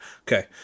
Okay